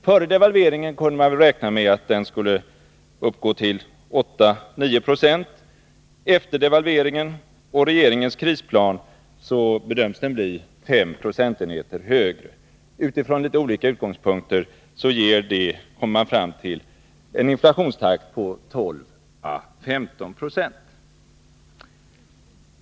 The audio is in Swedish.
Före devalveringen kunde man väl räkna med att den skulle uppgå till 8 å 996. Efter devalveringen och regeringens krisplan bedöms den bli fem procentenheter högre. Utifrån litet olika utgångspunkter kommer man fram till att det skulle ge en inflationstakt på 12 å 15 96.